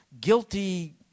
guilty